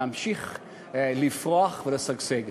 נמשיך לפרוח ולשגשג.